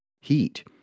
heat